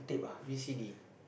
v_c_d